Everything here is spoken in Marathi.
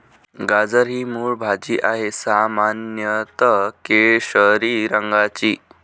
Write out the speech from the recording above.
गाजर ही मूळ भाजी आहे, सामान्यत केशरी रंगाची